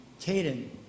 Caden